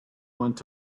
went